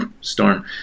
storm